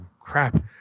crap